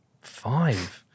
five